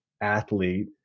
athlete